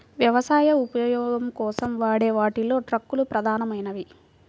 వ్యవసాయ ఉపయోగం కోసం వాడే వాటిలో ట్రక్కులు ప్రధానమైనవి